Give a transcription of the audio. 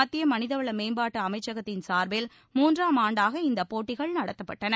மத்திய மனிதவள மேம்பாட்டு அமைச்சகத்தின் சார்பில் மூன்றாம் ஆண்டாக இந்த போட்டிகள் நடைபெற்றன